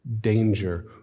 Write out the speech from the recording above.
danger